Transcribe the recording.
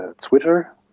Twitter